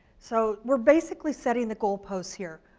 so we're basically setting the goal posts here.